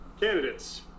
Candidates